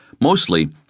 mostly